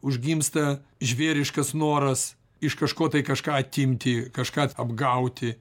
užgimsta žvėriškas noras iš kažko tai kažką atimti kažką apgauti